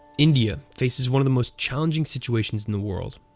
india faces one of the most challenging situations in the world.